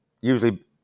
usually